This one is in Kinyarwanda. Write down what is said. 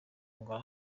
ngo